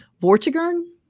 Vortigern